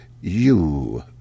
you